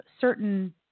certain